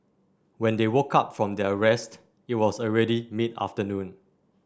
when they woke up from their rest it was already mid afternoon